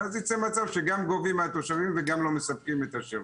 ואז יצא מצב שגם גובים מהתושבים וגם לא מספקים את השירות.